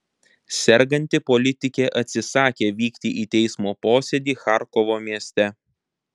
serganti politikė atsisakė vykti į teismo posėdį charkovo mieste